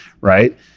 right